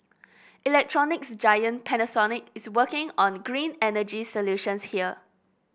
electronics giant Panasonic is working on green energy solutions here